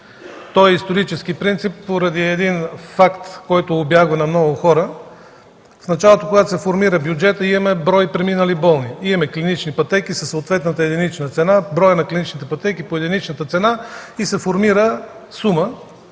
този исторически принцип поради един факт, който убягва на много хора. В началото, когато се формира бюджетът, има брой преминали болни, клинични пътеки със съответната единична цена, умножаваме броя на клиничните пътеки по единичната цена и се формира сума,